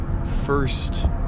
first